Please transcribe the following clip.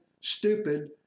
stupid